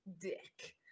Dick